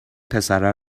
پسره